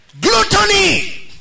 Gluttony